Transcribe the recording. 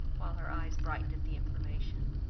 while her eyes brightened at the information,